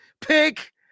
pick